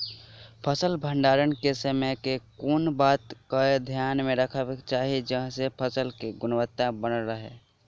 फसल भण्डारण केँ समय केँ कुन बात कऽ ध्यान मे रखबाक चाहि जयसँ फसल केँ गुणवता बनल रहै?